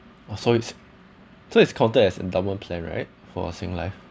oh so it's so it's counted as endowment plan right for a singlife